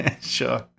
Sure